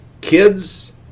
Kids